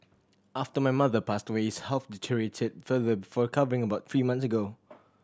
after my mother passed away his health deteriorated further before covering about three months ago